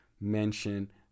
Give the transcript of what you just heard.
mention